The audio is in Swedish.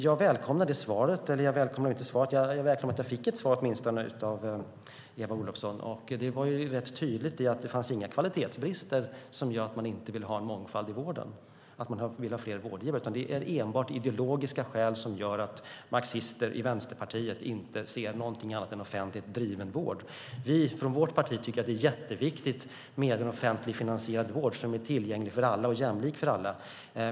Jag välkomnar att jag åtminstone fick ett svar av Eva Olofsson. Det var rätt tydligt. Det är inga kvalitetsbrister som gör att man inte vill ha en mångfald i vården och fler vårdgivare, utan det är enbart ideologiska skäl som gör att marxister i Vänsterpartiet inte ser någonting annat än offentligt driven vård. Vi i vårt parti tycker att det är jätteviktigt med en offentligt finansierad vård som är tillgänglig för alla och jämlik för alla.